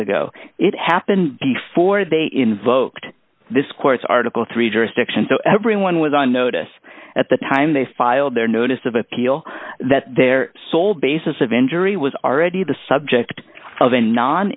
ago it happened before they invoked this court's article three jurisdictions so everyone was on notice at the time they filed their notice of appeal that their sole basis of injury was already the subject of